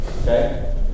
Okay